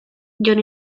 jon